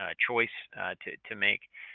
ah choice to to make.